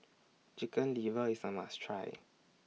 Chicken Liver IS A must Try